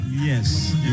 Yes